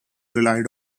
relied